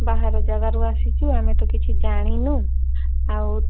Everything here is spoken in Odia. ବାହାର ଜାଗାରୁ ଆସିଛୁ ଆମେ ତ କିଛି ଜାଣିନୁ ଆଉ